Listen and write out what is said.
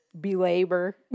Belabor